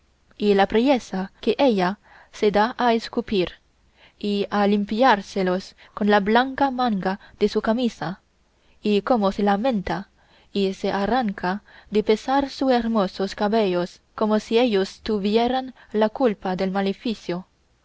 y la priesa que ella se da a escupir y a limpiárselos con la blanca manga de su camisa y cómo se lamenta y se arranca de pesar sus hermosos cabellos como si ellos tuvieran la culpa del maleficio